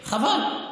חבל.